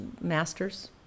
masters